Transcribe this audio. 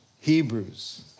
hebrews